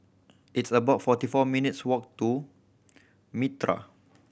it's about forty four minutes' walk to Mitraa